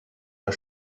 der